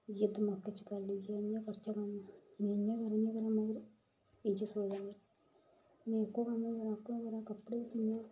इयै दमागै च गल्ल गै इ'यै करचै कम्म इ'यां करां उ'यां करां मगर एह्का कम्म करां ओह्का करां कपड़े सियां